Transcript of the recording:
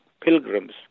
pilgrims